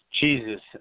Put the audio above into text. Jesus